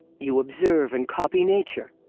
you observe and copy nature.